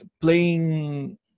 playing